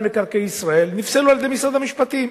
מקרקעי ישראל נפסלו על-ידי משרד המשפטים.